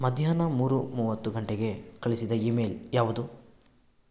ಮಧ್ಯಾಹ್ನ ಮೂರು ಮೂವತ್ತು ಘಂಟೆಗೆ ಕಳಿಸಿದ ಇಮೇಲ್ ಯಾವುದು